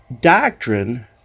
Doctrine